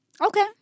Okay